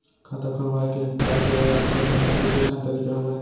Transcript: खाता खोलवाय के का केवल ऑफलाइन हर ऐकेठन तरीका हवय?